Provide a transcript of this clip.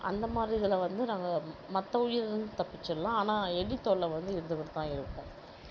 அந்த மாதிரி இதில் வந்து நாங்கள் மற்ற உயிர்லிருந்து தப்பிச்சுரலாம் ஆனால் எலி தொல்லை வந்து இருந்துக்கிட்டுதான் இருக்கும்